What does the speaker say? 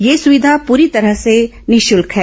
यह सुविधा पूरी तरह से निःशुल्क है